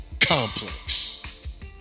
complex